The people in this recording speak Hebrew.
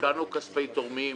השקענו כספי תורמים,